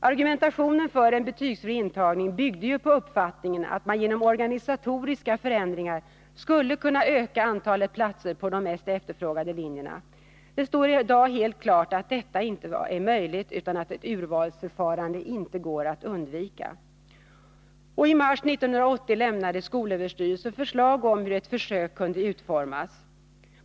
Argumentationen för en betygsfri intagning byggde på uppfattningen att man genom organisatoriska förändringar skulle kunna utöka antalet platser på de mest efterfrågade linjerna. Det står i dag helt klart att detta inte är möjligt, att ett urvalsförfarande inte går att undvika. I mars 1980 lämnade skolöverstyrelsen förslag om hur ett försök kunde utformas.